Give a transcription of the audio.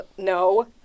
No